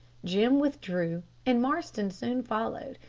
jim withdrew, and marston soon followed,